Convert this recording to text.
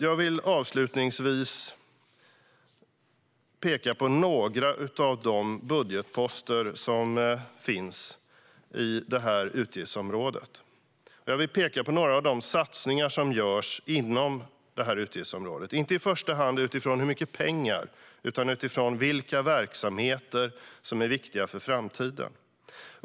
Jag vill peka på några av de budgetposter som finns i det här utgiftsområdet. Jag vill peka på några av de satsningar som görs inom utgiftsområdet, inte i första hand utifrån mängden pengar utan utifrån vilka verksamheter som är viktiga för framtiden.